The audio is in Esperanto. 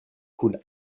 kun